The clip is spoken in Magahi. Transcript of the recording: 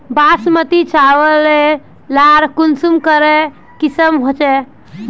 बासमती चावल लार कुंसम करे किसम होचए?